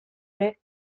ere